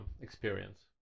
experience